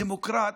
דמוקרטיה,